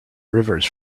rivers